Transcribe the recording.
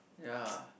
ya